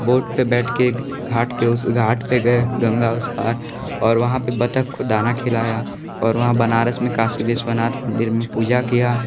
boat पर बैठ कर घाट के उस घाट पर गए गंगा उस पर और वहाँ पर बत्तख को दाना खिलाया और वहाँ बनारस में काशी विश्वनाथ मंदिर में पूजा किया